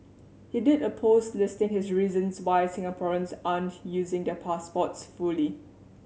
he did a post listing his reasons why Singaporeans aren't using their passports fully